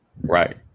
Right